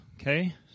okay